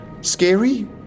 scary